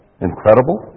incredible